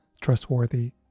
trustworthy